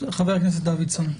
חבר הכנסת דוידסון.